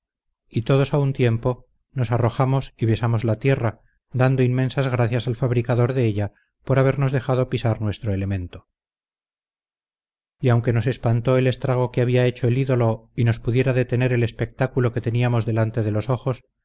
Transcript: y todos a un tiempo nos arrojamos y besamos la tierra dando inmensas gracias al fabricador de ella por habernos dejado pisar nuestro elemento y aunque nos espantó el estrago que había hecho el ídolo y nos pudiera detener el espectáculo que teníamos delante de los ojos